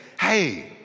hey